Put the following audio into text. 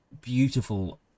beautiful